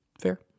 Fair